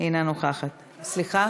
מוותר,